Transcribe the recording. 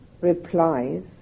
replies